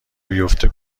بیافته